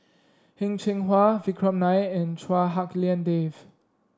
Heng Cheng Hwa Vikram Nair and Chua Hak Lien Dave